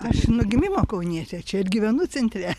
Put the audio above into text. aš nuo gimimo kaunietė čia ir gyvenu centre